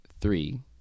Three